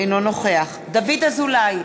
אינו נוכח דוד אזולאי,